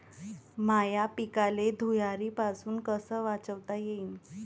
माह्या पिकाले धुयारीपासुन कस वाचवता येईन?